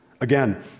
Again